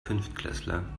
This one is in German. fünftklässler